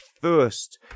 first